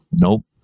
Nope